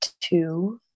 two